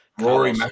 Rory